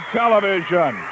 television